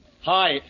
Hi